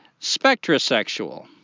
Spectrosexual